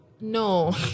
no